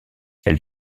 elle